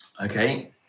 Okay